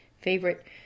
favorite